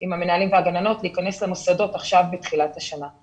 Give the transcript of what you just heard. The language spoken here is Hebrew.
עם המנהלים והגננות להיכנס למוסדות עכשיו בתחילת השנה.